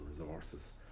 resources